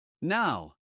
Now